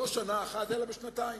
לא שנה אחת, אלא שנתיים.